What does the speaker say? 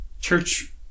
Church